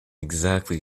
exactly